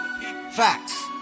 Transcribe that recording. Facts